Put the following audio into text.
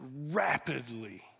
rapidly